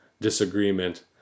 disagreement